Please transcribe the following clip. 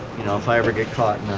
you know, if i ever get caught